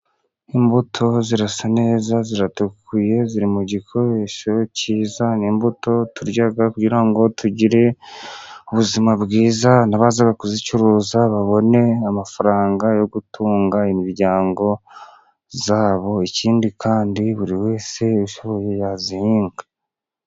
Imbuto zirasa neza ziratukuye, ziri mu gikoresho cyiza, ni imbuto turya kugira ngo tugire ubuzima bwiza, n'abaza kuzicuruza babone amafaranga yo gutunga imiryango yabo ,ikindi kandi buri wese ushoboye yazihinga.